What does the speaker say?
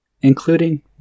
including